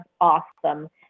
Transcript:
awesome